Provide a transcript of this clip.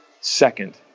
Second